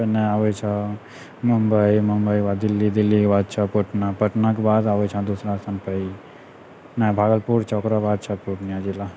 नहि आबै छौ मुम्बइ मुम्बइके बाद दिल्ली दिल्लीके बाद छौ पटना पटनाके बाद आबै छौ दुसरा स्थानपर ई नहि भागलपुर छौ ओकरो बाद छौ पूर्णिया जिला